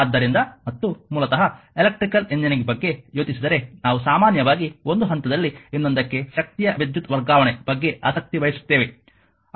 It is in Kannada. ಆದ್ದರಿಂದ ಮತ್ತು ಮೂಲತಃ ಎಲೆಕ್ಟ್ರಿಕಲ್ ಎಂಜಿನಿಯರಿಂಗ್ ಬಗ್ಗೆ ಯೋಚಿಸಿದರೆ ನಾವು ಸಾಮಾನ್ಯವಾಗಿ ಒಂದು ಹಂತದಲ್ಲಿ ಇನ್ನೊಂದಕ್ಕೆ ಶಕ್ತಿಯ ವಿದ್ಯುತ್ ವರ್ಗಾವಣೆ ಬಗ್ಗೆ ಆಸಕ್ತಿ ವಹಿಸುತ್ತೇವೆ